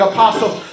Apostle